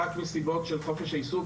רק מסיבות של חופש העיסוק,